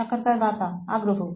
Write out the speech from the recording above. সাক্ষাৎকারদাতা আগ্রহ